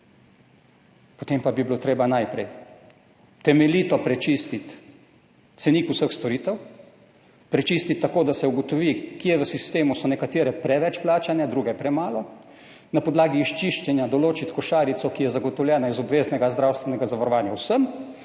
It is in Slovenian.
potem bi bilo treba najprej temeljito prečistiti cenik vseh storitev, prečistiti tako, da se ugotovi, kje v sistemu so nekatere preveč plačane, druge premalo, na podlagi izčiščenja določiti košarico, ki je zagotovljena iz obveznega zdravstvenega zavarovanja vsem,